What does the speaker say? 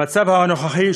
המצב הנוכחי,